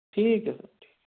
ٹھیک ہے سر ٹھیک